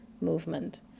movement